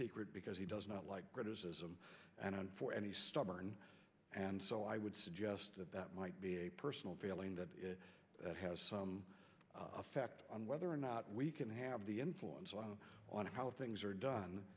secret because he does not like criticism and for any stubborn and so i would suggest that that might be a personal failing that it has some effect on whether or not we can have the influence on how things are done